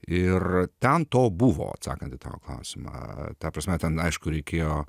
ir ten to buvo atsakant į tą klausimą ta prasme ten aišku reikėjo